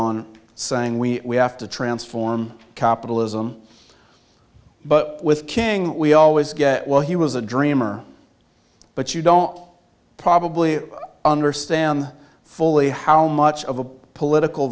on saying we have to transform capitalism but with king we always get well he was a dreamer but you don't probably understand fully how much of a political